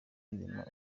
nzima